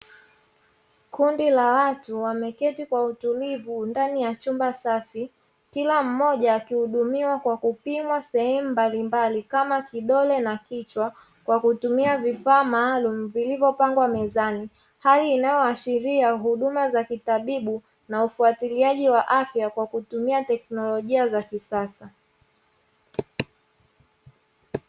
Kundi la watu wameketi kwa utulivu ndani ya chumba safi, kila mmoja akihudumiwa kwa kupimwa sehemu mbalimbali kama kidole na kichwa, kwa kutumia vifaa maalumu vilivyopangwa mezani. Hali inayoashiria huduma za kitabibu na ufwatiliaji wa afya kwa kutumia teknolojia za kisasa.